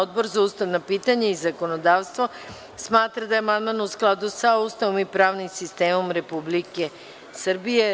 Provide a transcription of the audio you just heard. Odbor za ustavna pitanja i zakonodavstvo smatra da je amandman u skladu sa Ustavom i pravnim sistemom Republike Srbije.